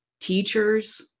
teachers